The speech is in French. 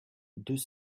deux